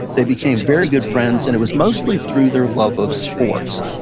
they became very good friends, and it was mostly through their love of sports.